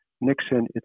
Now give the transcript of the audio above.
Nixon